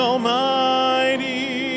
Almighty